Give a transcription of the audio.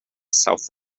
south